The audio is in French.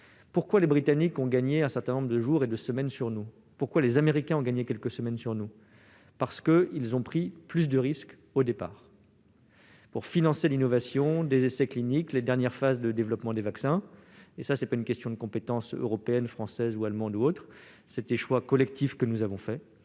pourquoi les Britanniques ont-ils gagné un certain nombre de jours et de semaines sur nous ? Pourquoi les Américains ont-ils également pris de l'avance ? Parce qu'ils ont pris plus de risques au départ pour financer l'innovation, les essais cliniques et les dernières phases de développement des vaccins. Il s'agit non pas d'une question de compétences européennes, françaises ou allemandes, mais d'un choix collectif que nous avons fait.